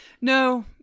No